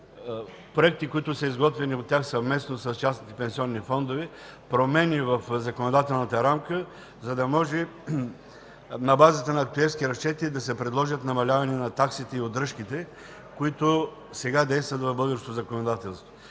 проекти, които са изготвени от тях съвместно с частните пенсионни фондове, промени в законодателната рамка, за да може на базата на актюерски разчети да се предложи намаляване на таксите и удръжките, които сега действат в българското законодателство.